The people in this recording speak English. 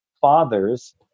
fathers